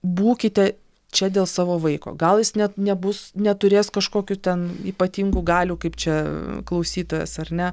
būkite čia dėl savo vaiko gal jis net nebus neturės kažkokių ten ypatingų galių kaip čia klausytojas ar ne